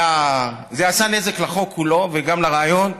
זה עשה נזק לחוק כולו וגם לרעיון שבבסיסו.